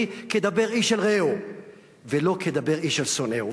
כדבר איש אל רעהו ולא כדבר איש אל שונאהו.